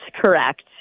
correct